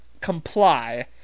comply